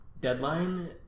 Deadline